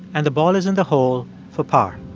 and the ball is in the hole for par